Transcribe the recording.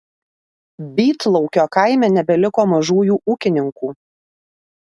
bytlaukio kaime nebeliko mažųjų ūkininkų